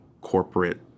corporate